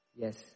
Yes